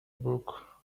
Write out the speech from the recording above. book